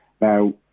Now